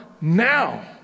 now